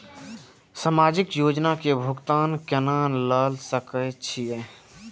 समाजिक योजना के भुगतान केना ल सके छिऐ?